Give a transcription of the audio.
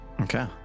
Okay